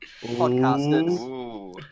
podcasters